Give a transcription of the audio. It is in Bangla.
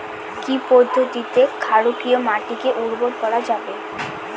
কি পদ্ধতিতে ক্ষারকীয় মাটিকে উর্বর করা যাবে?